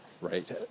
right